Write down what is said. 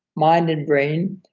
mind, and brain,